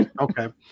Okay